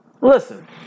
Listen